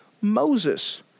Moses